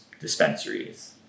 dispensaries